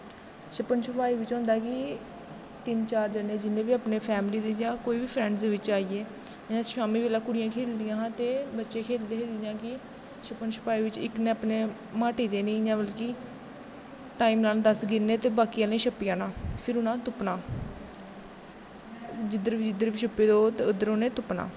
छप्पन छपाई च होंदा कि तिन्न चार जने जिन्ने बी अपनी फैमली दी जां कोई बी फ्रैंडस बिच्च आई गे शाम्मी बेल्लै बी कुड़ियां खेलदियां हां ते बच्चे खेलदे हे जियां के छप्पन छपाई च इक नै अपनी मीटी देनी मतलव कि टाईम नाल दस गिनने ते बाकी आह्लैं छप्पी जाना फिर उनैं तुप्पना जिध्दर जिध्दर बी छप्पे दे होन ते उनैं तुप्पना